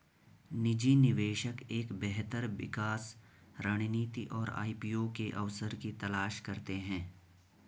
निजी निवेशक एक बेहतर निकास रणनीति और आई.पी.ओ के अवसर की तलाश करते हैं